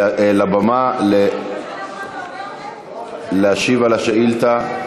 לבמה להשיב על השאילתה.